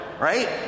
right